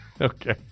Okay